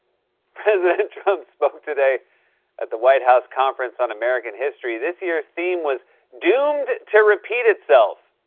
president trump spoke today at the white house conference on american history. this year's theme was doomed to repeat itself.